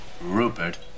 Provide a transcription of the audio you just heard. Rupert